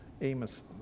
Amos